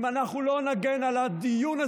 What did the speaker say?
אם אנחנו לא נגן על הדיון הציבורי,